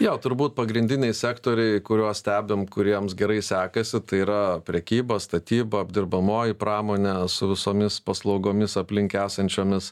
jo turbūt pagrindiniai sektoriai kuriuos stebim kuriems gerai sekasi tai yra prekyba statyba apdirbamoji pramonė su visomis paslaugomis aplink esančiomis